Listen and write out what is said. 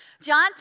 John